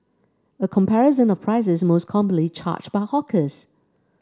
a comparison of prices most commonly charged by hawkers